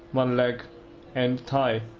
one leg and thigh,